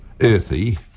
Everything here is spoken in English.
earthy